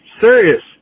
serious